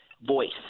voice